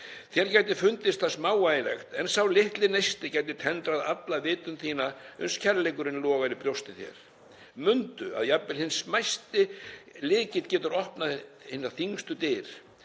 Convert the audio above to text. Þér gæti fundist það smávægilegt en sá litli neisti gæti tendrað alla vitund þína uns kærleikurinn logar í brjósti þér. Mundu að jafnvel hinn smæsti lykill getur opnað hinar þyngstu dyr.